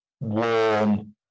warm